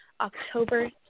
October